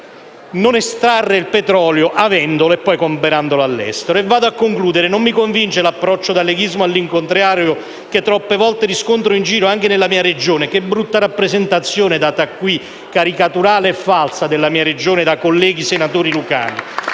non estrarre il petrolio avendolo, e poi comprarlo all'estero. Mi avvio a concludere. Non mi convince l'approccio da leghismo all'incontrario che troppe volte riscontro in giro, anche nella mia Regione: che brutta rappresentazione data qui, caricaturale e falsa, della mia Regione da colleghi senatori lucani.